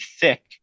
thick